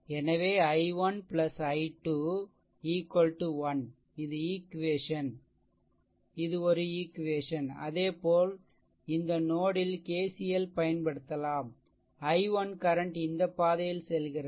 எனவே i1 i2 1 இது ஒரு ஈக்வேஷன் அதேபோல் இந்த நோட் ல் KCL பயன்படுத்தலாம் i1 கரண்ட் இந்த பாதையில் செல்கிறது